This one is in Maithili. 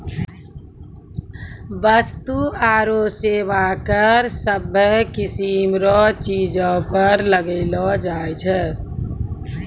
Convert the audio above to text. वस्तु आरू सेवा कर सभ्भे किसीम रो चीजो पर लगैलो जाय छै